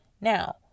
Now